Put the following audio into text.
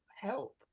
help